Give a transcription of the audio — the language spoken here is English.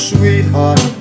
Sweetheart